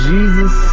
Jesus